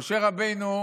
משה רבנו,